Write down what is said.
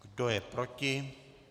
Kdo je proti?